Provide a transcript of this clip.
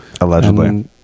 Allegedly